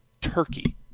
turkey